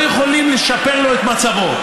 לא יכולים לשפר לו את מצבו,